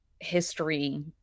history